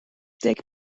deg